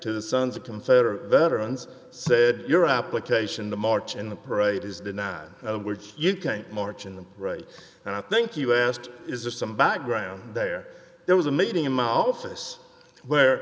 to the sons of confederate veterans said your application to march in the parade is denied which you can't march in the right and i think you asked is there some background there there was a meeting in my office where